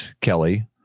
Kelly